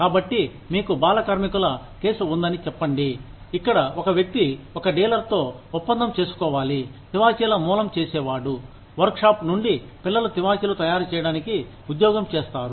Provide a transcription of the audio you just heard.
కాబట్టి మీకు బాలకార్మికుల కేసు ఉందని చెప్పండి ఇక్కడ ఒక వ్యక్తి ఒక డీలర్ తో ఒప్పందం చేసుకోవాలి తివాచీల మూలం చేసేవాడు వర్క్ షాప్ నుండి పిల్లలు తివాచీలు తయారు చేయడానికి ఉద్యోగం చేస్తారు